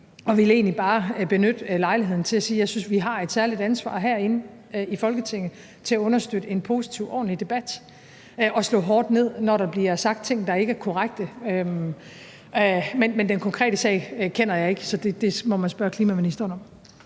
Jeg vil egentlig bare benytte lejligheden til at sige, at jeg synes, at vi har et særligt ansvar herinde i Folketinget med hensyn til at understøtte en positiv og ordentlig debat og slå hårdt ned, når der bliver sagt ting, der ikke er korrekte. Men den konkrete sag kender jeg ikke, så det må man spørge klimaministeren om.